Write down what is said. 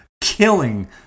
killing